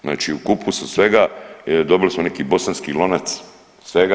Znači u kupusu svega dobili smo neki bosanski lonac, svega.